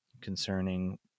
concerning